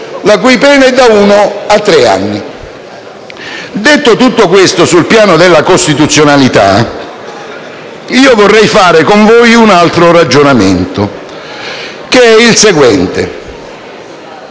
la cui pena è da uno a tre anni. Detto tutto questo sul piano della costituzionalità, vorrei fare con voi il seguente ragionamento: aderire